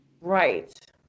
Right